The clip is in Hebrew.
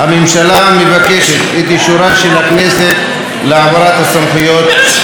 הממשלה מבקשת את אישורה של הכנסת להעברת הסמכויות כאמור.